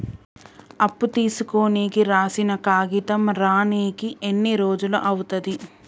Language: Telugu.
అప్పు తీసుకోనికి రాసిన కాగితం రానీకి ఎన్ని రోజులు అవుతది?